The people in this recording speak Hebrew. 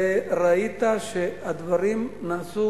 וראית שהדברים נעשו